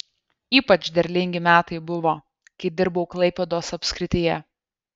ypač derlingi metai buvo kai dirbau klaipėdos apskrityje